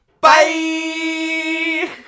bye